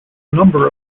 number